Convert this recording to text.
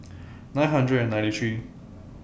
nine hundred and ninety three